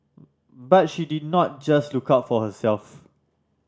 but she did not just look out for herself